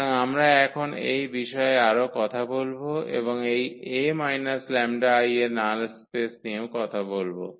সুতরাং আমরা এখন এই বিষয়ে আরও কথা বলব এবং এই 𝐴 − 𝜆𝐼 এর নাল স্পেস নিয়েও বলব